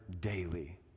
daily